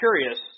curious